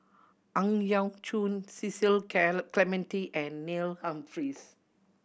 Ang Yau Choon Cecil Clementi and Neil Humphreys